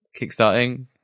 Kickstarting